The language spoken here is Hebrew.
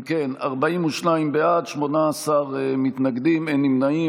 אם כן, 42 בעד, 18 מתנגדים, אין נמנעים.